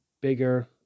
bigger